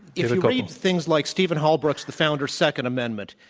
yeah like read things like stephen halbrook's, the founders' second amendment